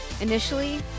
Initially